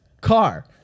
car